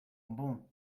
bon